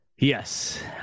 Yes